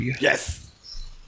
Yes